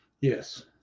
yes